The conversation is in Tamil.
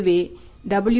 இதுவே W